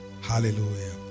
Hallelujah